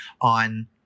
on